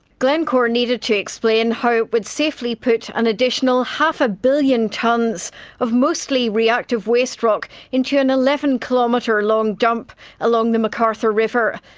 glencore needed to explain how it would safely put an additional half a billion tonnes of mostly reactive waste rock into an eleven kilometre long dump along the mcarthur river.